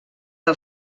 del